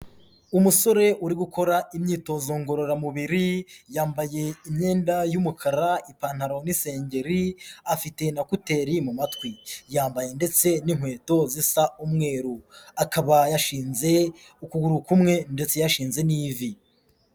Umusore uri gukora imyitozo ngororamubiri yambaye imyenda y'umukara ipantaro n'isengeri afite na moteri mu matwi yambaye ndetse n'inkweto zisa umweru akaba yashinze ukuguru kumwe ndetse yashinze n'ivi.